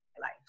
life